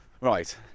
Right